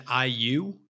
IU